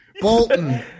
Bolton